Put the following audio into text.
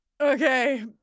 Okay